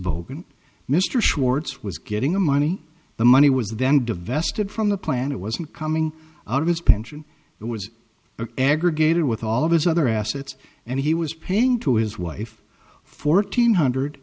bogan mr schwartz was getting the money the money was then divest it from the plant it wasn't coming out of his pension it was a aggregated with all of his other assets and he was paying to his wife fourteen hundred